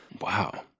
Wow